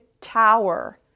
tower